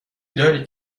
دارید